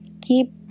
keep